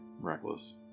reckless